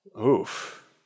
Oof